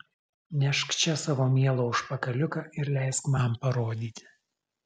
nešk čia savo mielą užpakaliuką ir leisk man parodyti